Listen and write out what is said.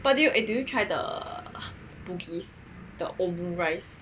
eh but did you do try the Bugis the omurice